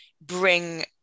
bring